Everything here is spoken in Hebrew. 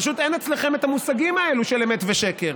פשוט אין אצלכם את המושגים האלה של אמת ושקר.